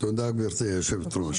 תודה, גברתי היושבת-ראש.